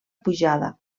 pujada